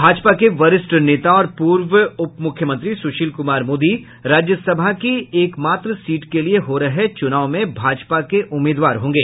भाजपा के वरिष्ठ नेता और पूर्व उप मुख्यमंत्री सुशील कुमार मोदी राज्यसभा की एक मात्र सीट के लिये हो रहे चुनाव में भाजपा के उम्मीदवार होंगे